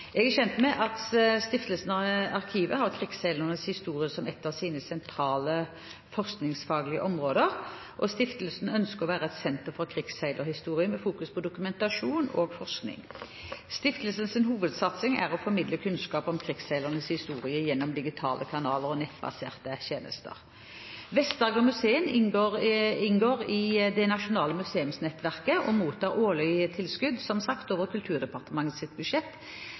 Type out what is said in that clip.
Jeg er kjent med at Stiftelsen Arkivet har krigsseilernes historie som ett av sine sentrale forskningsfaglige områder. Stiftelsen ønsker å være et senter for krigsseilerhistorien med fokus på dokumentasjon og forskning. Stiftelsens hovedsatsing er å formidle kunnskap om krigsseilernes historie gjennom digitale kanaler og nettbaserte tjenester. Vest-Agder-museet inngår i det nasjonale museumsnettverket og mottar som sagt årlig tilskudd over Kulturdepartementets budsjett.